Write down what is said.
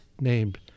named